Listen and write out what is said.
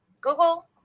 Google